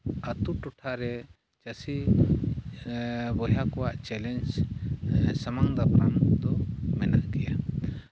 ᱟᱹᱛᱩ ᱴᱚᱴᱷᱟᱨᱮ ᱪᱟᱹᱥᱤ ᱵᱚᱭᱦᱟ ᱠᱚᱣᱟᱜ ᱪᱮᱞᱮᱧᱡᱽ ᱥᱟᱢᱟᱝ ᱫᱟᱯᱨᱟᱢ ᱫᱚ ᱢᱮᱱᱟᱜ ᱜᱮᱭᱟ